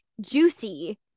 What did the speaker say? juicy